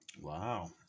wow